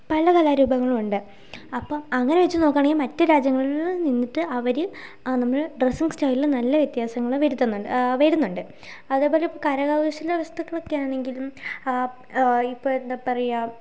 പല കലാരൂപങ്ങളും ഉണ്ട് അപ്പോൾ അങ്ങനെ വച്ച് നോക്കുകയാണെങ്കിൽ മറ്റ് രാജ്യങ്ങളിൽ നിന്നിട്ട് അവർ നമ്മളെ ഡ്രസ്സിങ്ങ് സ്റ്റൈലിൽ നല്ല വ്യത്യാസങ്ങൾ വരുത്തുന്നുണ്ട് വരുന്നുണ്ട് അതേപോലെ കരകൗശല വസ്തുക്കളൊക്കെയാണെങ്കിലും ഇപ്പോൾ എന്താ പറയുക